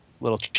little